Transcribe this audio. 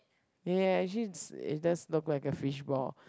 ya actually it's it does look like a fish ball